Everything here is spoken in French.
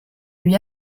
lui